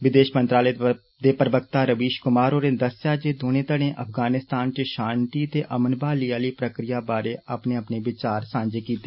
विदेष मंत्रालय दे प्रवक्ता रवीष कुमार होरे दस्सेआ जे दौनें धड़ें अफगानिस्तान च षांति ते अमन बहाली आली प्रक्रिया बारे अपने अपने विचारें गी सांझे कीते